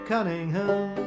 Cunningham